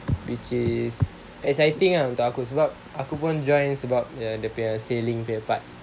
which is exciting ah untuk aku sebab aku pun join sebab dia punya sailing the part